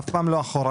אף פעם לא אחורנית.